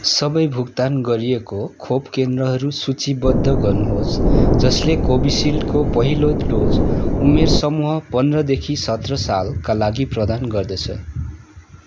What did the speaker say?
सबै भुक्तान गरिएको खोप केन्द्रहरू सूचीबद्ध गर्नुहोस् जसले कोभिसिल्डको पहिलो डोज उमेर समूह पन्ध्रदेखि सत्र सालका लागि प्रदान गर्दछ